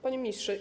Panie Ministrze!